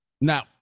Now